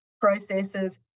processes